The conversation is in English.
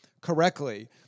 correctly